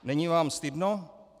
Není vám stydno?